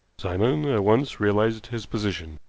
simon at once realized his position.